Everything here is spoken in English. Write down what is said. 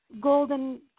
golden